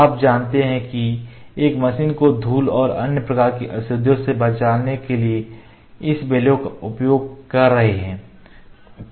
आप जानते हैं कि हम मशीन को धूल और अन्य प्रकार की अशुद्धियों से बचाने के लिए इस बेलोव का उपयोग कर रहे हैं